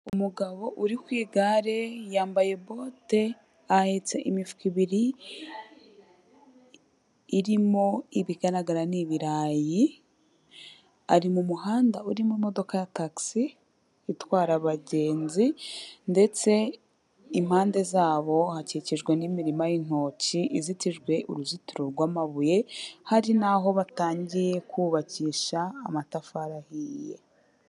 Umugabo uri ku igare yambaye bote, ahetse imifuka ibiri irimo ibigaragara ni ibirayi. Ari mu muhanda urimo imodoka ya taxi itwara abagenzi ndetse impande zabo, hakikijwe n'imirima y'intoki izitijwe uruzitiro rw'amabuye, hari n'aho batangiye kubakisha amatafari ahiye.